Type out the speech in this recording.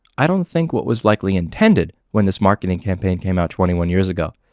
i don't think what was likely intended when this marketing campaign came out twenty one years ago.